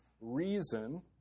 reason